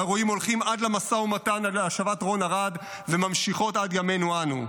האירועים הולכים עד למשא ומתן להשבת רון ארד ונמשכים עד ימינו אנו.